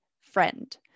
friend